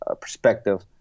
perspective